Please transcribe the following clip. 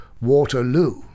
Waterloo